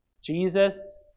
Jesus